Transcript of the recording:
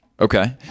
Okay